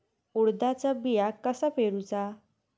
उडदाचा बिया कसा पेरूचा?